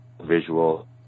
visual